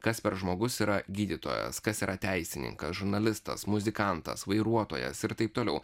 kas per žmogus yra gydytojas kas yra teisininkas žurnalistas muzikantas vairuotojas ir t t